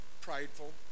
prideful